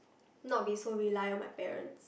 not be so reliant on my parents